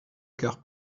coeur